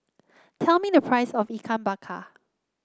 tell me the price of Ikan Bakar